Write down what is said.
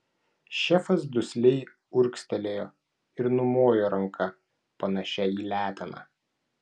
šefas dusliai urgztelėjo ir numojo ranka panašia į leteną